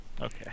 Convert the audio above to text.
Okay